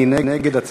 מי נגד?